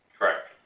Correct